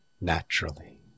naturally